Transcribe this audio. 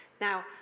Now